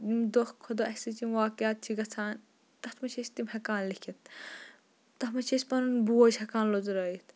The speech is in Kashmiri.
یِم دۄہ کھۄ دۄہ اَسہِ سۭتۍ یِم واقعات چھِ گژھان تَتھ منٛز چھِ أسۍ تِم ہٮ۪کان لیکِتھ تَتھ منٛز چھِ أسۍ پَنُن بوج ہٮ۪کان لوٚژرٲوِتھ